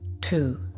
two